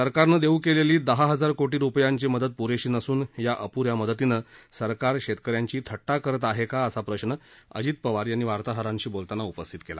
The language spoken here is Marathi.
सरकारनं देवू केलेली दहा हजार कोटी रुपयांची मदत प्रेशी नसून या अप्रया मदतीनं सरकार शेतकर्यांची थट्टा करत आहे का असा प्रश्न अजित पवार यांनी वार्ताहरांशी बोलताना उपस्थित केला